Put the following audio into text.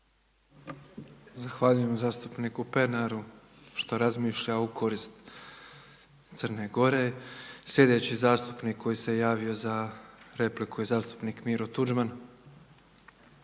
Zahvaljujem zastupniku Pernaru što razmišlja u korist Crne Gore. Sljedeći zastupnik koji se javio za repliku je zastupnik Miro Tuđman.